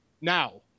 Now